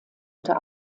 unter